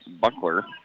Buckler